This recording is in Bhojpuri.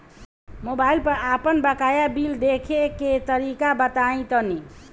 मोबाइल पर आपन बाकाया बिल देखे के तरीका बताईं तनि?